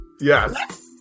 Yes